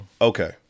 Okay